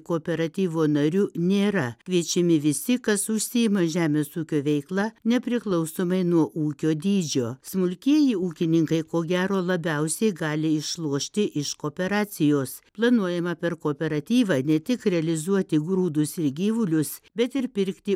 kooperatyvo nariu nėra kviečiami visi kas užsiima žemės ūkio veikla nepriklausomai nuo ūkio dydžio smulkieji ūkininkai ko gero labiausiai gali išlošti iš kooperacijos planuojama per kooperatyvą ne tik realizuoti grūdus ir gyvulius bet ir pirkti